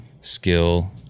skill